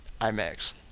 IMAX